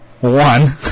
one